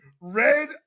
red